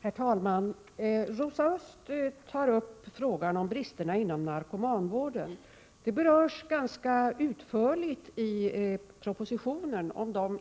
Herr talman! Rosa Östh tar upp frågan om bristerna inom narkomanvården. De